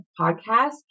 podcast